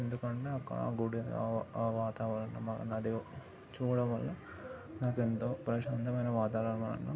ఎందుకన్నా ఆ గుడి ఆ వాతావరణం ఆ నది చూడవల్ల నాకెంతో ప్రశాంతమైన వాతావరణం